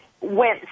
went